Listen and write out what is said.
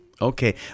Okay